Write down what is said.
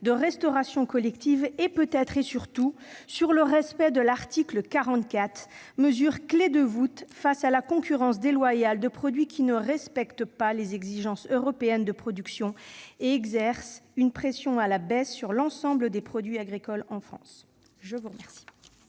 la restauration collective et peut-être et surtout sur le respect de l'article 44, mesure clé de voûte face à la concurrence déloyale de produits qui ne respecte pas les exigences européennes de production et exerce une pression à la baisse sur l'ensemble des produits agricoles en France. La parole